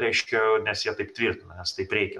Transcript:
reiškia nes jie taip tvirtina nes taip reikia